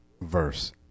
verse